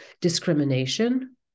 discrimination